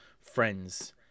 friends